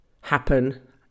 happen